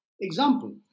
Example